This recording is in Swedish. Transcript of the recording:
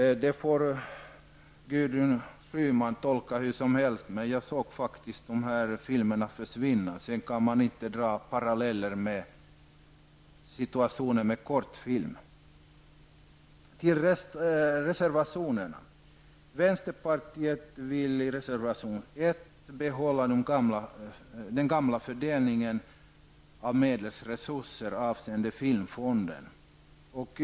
Gudrun Schyman får tolka det hur hon vill, men jag såg faktiskt dessa filmer försvinna. Man kan faktiskt inte dra paralleller till situationen med kortfilm. I reservation nr 1 vill vänsterpartiet behålla den gamla fördelningen av medelsresurser avseende filmfonden.